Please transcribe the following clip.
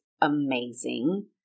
amazing